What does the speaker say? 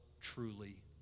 truly